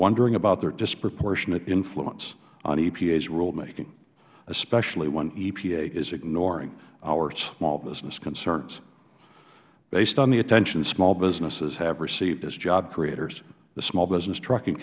wondering about their disproportionate influence on epa's rulemaking especially when epa is ignoring our small business concerns based on the attention small businesses have received as job creators the small business trucking